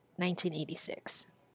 1986